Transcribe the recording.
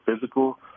physical